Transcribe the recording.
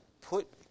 put